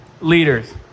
leaders